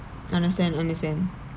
understand understand